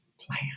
plan